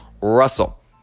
Russell